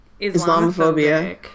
Islamophobia